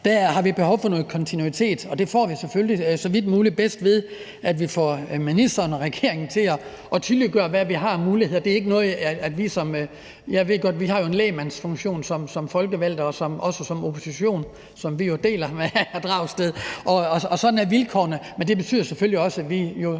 Der har vi behov for noget kontinuitet, og det får vi selvfølgelig så vidt muligt bedst, ved at vi får ministeren og regeringen til at tydeliggøre, hvad vi har af muligheder. Jeg ved godt, at vi har en lægmandsfunktion som folkevalgte og også som opposition, hvilket vi jo deler med hr. Pelle Dragsted, og sådan er vilkårene, men det betyder selvfølgelig også, at vi